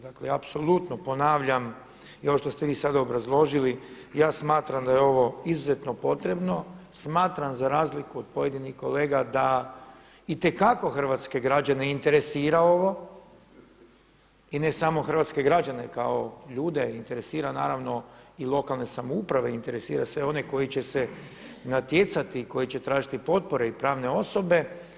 Dakle, apsolutno ponavljam i ovo što ste vi sada obrazložili, ja smatram da je ovo izuzetno potrebno, smatram za razliku od pojedinih kolega da itekako hrvatske građane interesira ovo i ne samo hrvatske građane kao ljude, interesira naravno i lokalne samouprave, interesira sve one koji će se natjecati, koji će tražiti potpore i pravne osobe.